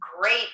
great